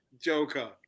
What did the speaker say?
Joker